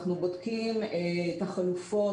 אנחנו בודקים את החלופות.